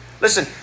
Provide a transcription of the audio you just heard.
Listen